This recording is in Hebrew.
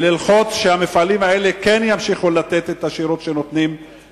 ובמקום ללחוץ שהמפעלים האלה כן ימשיכו לתת את השירות שנותנים,